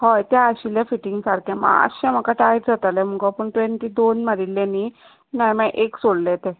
हय ते आशिल्ले फिटींग सारके मात्शे म्हाका टायट जाताले मुगो पूण तुवें ती दोन मारिल्ले न्ही हांवें मागीर एक सोडले तें